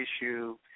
issue